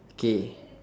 K